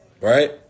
right